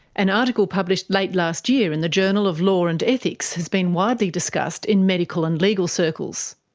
an article published late last year in the journal of law and ethics has been widely discussed in medical and legal circles.